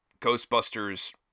Ghostbusters